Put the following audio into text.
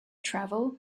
travel